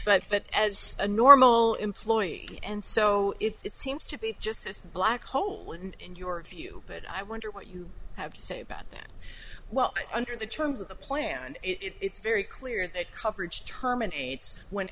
but but as a normal employee and so it seems to be just this black hole wouldn't in your view but i wonder what you have to say about that well under the terms of the plan it's very clear that coverage terminates when